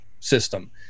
System